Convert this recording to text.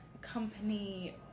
company